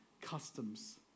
customs